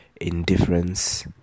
indifference